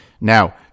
Now